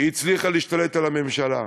הצליחה להשתלט על הממשלה,